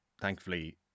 thankfully